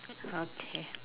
okay